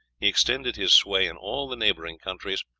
he extended his sway in all the neighboring countries,